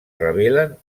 revelen